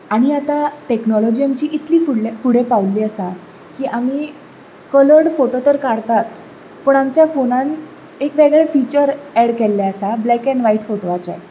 आनी आतां टॅक्नोलोजी आमची इतली फुडें पाविल्ली आसा की आमी कलर्ड फोटो तर काडटाच पूण आमच्या फोनांत एक वेगळें फिचर एड केल्लें आसा ब्लॅक एंड व्हायट फोटोवाचें